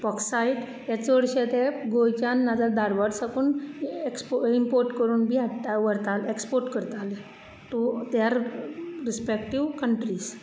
bauxite हे चडशे तर गोंयच्यान ना तर धारवाड साकून इमपोर्ट एक्सपेर्ट करताले टू द्यार रिस्पेक्टीव कनट्रीज